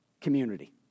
community